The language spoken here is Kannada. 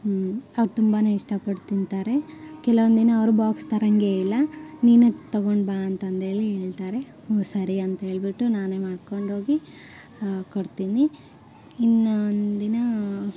ಹ್ಞೂ ಅವ್ರು ತುಂಬಾ ಇಷ್ಟಪಟ್ಟು ತಿಂತಾರೆ ಕೆಲವೊಂದಿನ ಅವರು ಬಾಕ್ಸ್ ತರೋಂಗೇ ಇಲ್ಲ ನೀನೆ ತಗೊಂಡು ಬಾ ಅಂತಂದೇಳಿ ಹೇಳ್ತಾರೆ ಹ್ಞೂ ಸರಿ ಅಂತ ಹೇಳಿಬಿಟ್ಟು ನಾನೇ ಮಾಡಿಕೊಂಡೋಗಿ ಕೊಡ್ತೀನಿ ಇನ್ನೊಂದಿನಾ